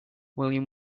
william